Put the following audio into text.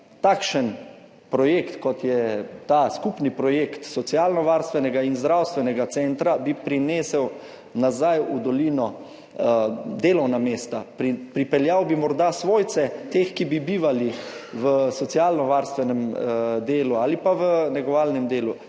Takšen projekt, kot je ta skupni projekt socialnovarstvenega in zdravstvenega centra, bi prinesel nazaj v dolino delovna mesta, pripeljal bi morda svojce teh, ki bi bivali v socialnovarstvenem delu ali v negovalnem delu,